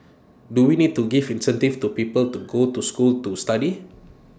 do we need to give incentives to people to go to school to study